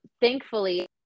thankfully